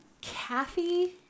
kathy